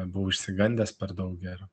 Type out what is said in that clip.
buvau išsigandęs per daug ir